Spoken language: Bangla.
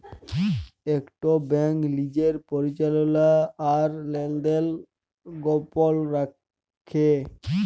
ইকট ব্যাংক লিজের পরিচাললা আর লেলদেল গপল রাইখে